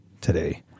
today